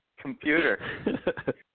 computer